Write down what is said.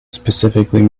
specifically